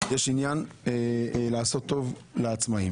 יש עניין לעשות טוב לעצמאיים.